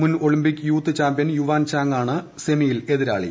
മുൻ Olympic youth champion Yuan Chang ആണ് സെമിയിൽ എതിരാളി